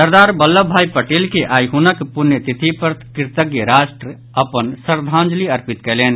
सरदार वल्लभ भाई पटेल के आइ हुनक पुण्यतिथि पर कृतज्ञ राष्ट्र अपन श्रद्वांजलि अर्पित कयलनि